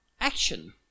action